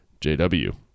JW